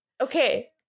Okay